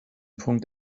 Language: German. punkt